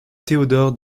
théodore